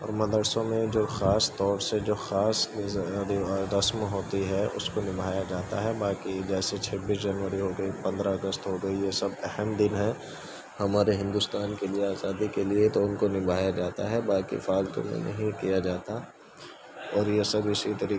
اور مدرسوں میں جو خاص طور سے جو خاص رسم ہوتی ہے اس کو نبھایا جاتا ہے باقی جیسے چھبیس جنوری ہو گئی پندرہ اگست ہو گئی یہ سب اہم دن ہیں ہمارے ہندوستان کے لیے آزادی کے لیے تو ان کو نبھایا جاتا ہے باقی فالتو میں نہیں کیا جاتا اور یہ سب اسی طریق